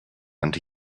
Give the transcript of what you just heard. and